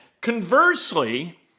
Conversely